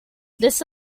this